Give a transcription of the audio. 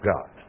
God